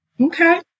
Okay